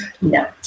No